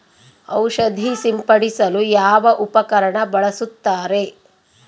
ಔಷಧಿ ಸಿಂಪಡಿಸಲು ಯಾವ ಉಪಕರಣ ಬಳಸುತ್ತಾರೆ?